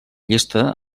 llista